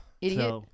Idiot